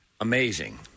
Amazing